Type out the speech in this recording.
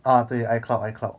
啊对 icloud icloud